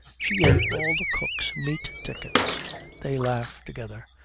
she ate all the cook's meat tickets they laugh, together,